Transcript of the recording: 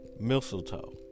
mistletoe